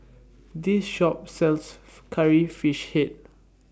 This Shop sells Curry Fish Head